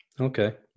Okay